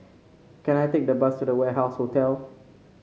can I take the bus to The Warehouse Hotel